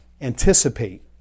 Anticipate